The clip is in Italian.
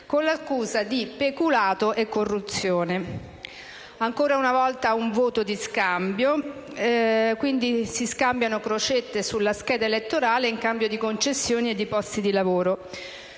con l'accusa di peculato e corruzione. Ancora una volta un voto di scambio: si scambiano crocette sulla scheda elettorale in cambio di concessioni e di posti di lavoro;